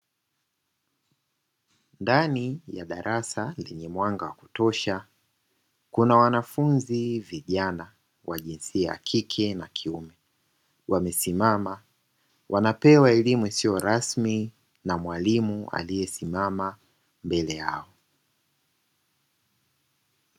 Ndani ya darasa lenye mwanga wa kutosha kuna wanafunzi vijana, wa jinsia ya kike na kiume. Wamesimama wanapewa elimu isiyo rasmi na mwalimu aliye simama mbele yao.